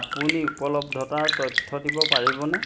আপুনি উপলব্ধতাৰ তথ্য দিব পাৰিবনে